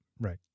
right